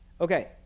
Okay